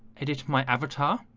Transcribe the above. it is my avatar